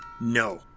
No